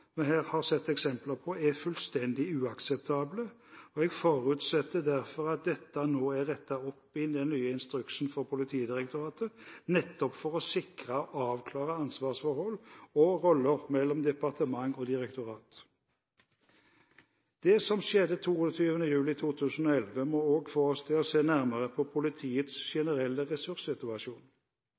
vi her har sett eksempler på, er fullstendig uakseptable. Jeg forutsetter derfor at dette nå er rettet opp i den nye instruksen for Politidirektoratet, nettopp for å sikre og avklare ansvarsforhold og roller mellom departement og direktorat. Det som skjedde 22. juli 2011, må også få oss til å se nærmere på politiets generelle ressurssituasjon.